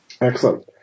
Excellent